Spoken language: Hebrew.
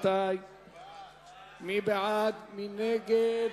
מי בעד, מי נגד?